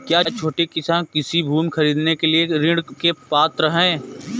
क्या छोटे किसान कृषि भूमि खरीदने के लिए ऋण के पात्र हैं?